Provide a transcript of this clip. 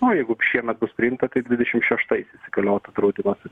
nu jeigu šiemet bus priimta tai dvidešim šeštais galiotų draudimas